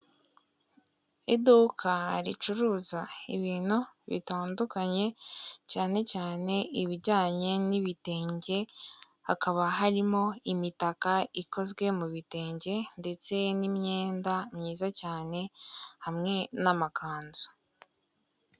Iduka ricuruza ibintu bitandukanye cyane cyane ibijyanye n'ibitenge, hakaba harimo imitaka ikozwe mu bi bitenge, ndetse n'imyenda myiza cyane hamwe n'amakanzu.